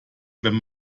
wenn